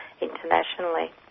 internationally